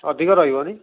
ଅଧିକ ରହିବନି